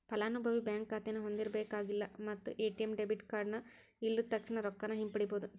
ಫಲಾನುಭವಿ ಬ್ಯಾಂಕ್ ಖಾತೆನ ಹೊಂದಿರಬೇಕಾಗಿಲ್ಲ ಮತ್ತ ಎ.ಟಿ.ಎಂ ಡೆಬಿಟ್ ಕಾರ್ಡ್ ಇಲ್ಲದ ತಕ್ಷಣಾ ರೊಕ್ಕಾನ ಹಿಂಪಡಿಬೋದ್